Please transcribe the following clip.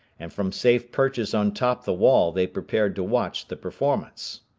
and from safe perches on top the wall they prepared to watch the performance.